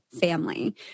family